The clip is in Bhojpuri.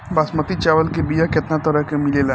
बासमती चावल के बीया केतना तरह के मिलेला?